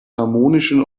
harmonischen